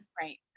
right